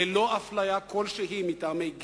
ללא אפליה כלשהי מטעמי גזע,